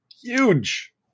Huge